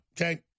okay